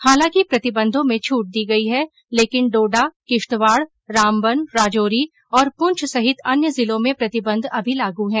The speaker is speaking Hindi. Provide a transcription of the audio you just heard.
हालांकि प्रतिबंधों में छूट दी गई है लेकिन डोडा किश्तवाड़ रामबन राजौरी और प्रंछ समेत अन्य जिलों में प्रतिबंध अभी लागू हैं